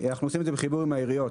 כל זה נעשה בחיבור עם העיריות.